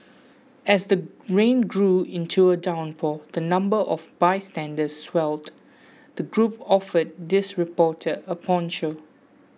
as the rain grew into a downpour and the number of bystanders swelled the group offered this reporter a poncho